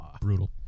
Brutal